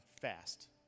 fast